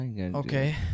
Okay